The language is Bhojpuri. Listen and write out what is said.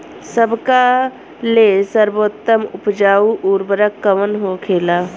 सबका ले सर्वोत्तम उपजाऊ उर्वरक कवन होखेला?